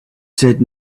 said